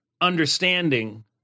understanding